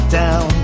down